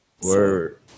Word